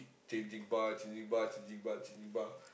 changing bar changing bar changing bar changing bar